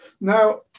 Now